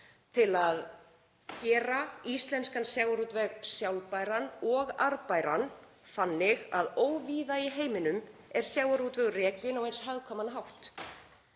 til að gera íslenskan sjávarútveg sjálfbæran og arðbæran þannig að óvíða í heiminum er sjávarútvegur rekinn á eins hagkvæman hátt.